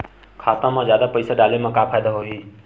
खाता मा जादा पईसा डाले मा का फ़ायदा होही?